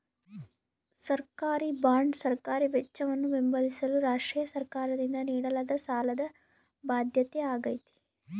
ಸರ್ಕಾರಿಬಾಂಡ್ ಸರ್ಕಾರಿ ವೆಚ್ಚವನ್ನು ಬೆಂಬಲಿಸಲು ರಾಷ್ಟ್ರೀಯ ಸರ್ಕಾರದಿಂದ ನೀಡಲಾದ ಸಾಲದ ಬಾಧ್ಯತೆಯಾಗೈತೆ